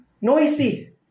noisy